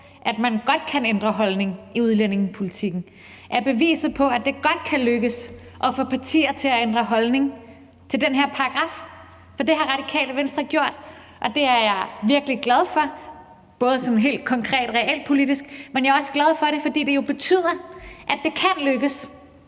at man godt kan ændre holdning i udlændingepolitikken; de er beviset på, at det godt kan lykkes at få partier til at ændre holdning til den her paragraf. For det har Radikale Venstre gjort, og det er jeg virkelig glad for, både sådan helt konkret realpolitisk, men jeg er også glad for det, fordi det jo betyder, at det kan lykkes